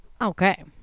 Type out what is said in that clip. Okay